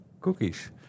cookies